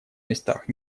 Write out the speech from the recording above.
местах